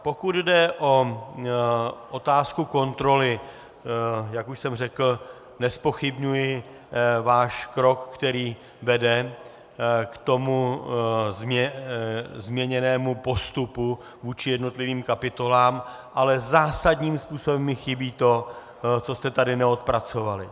Pokud jde o otázku kontroly, jak už jsem řekl, nezpochybňuji váš krok, který vede k tomu změněnému postupu vůči jednotlivým kapitolám, ale zásadním způsobem mi chybí to, co jste tady neodpracovali.